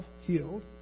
healed